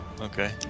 Okay